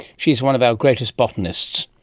she's one of our greatest botanists.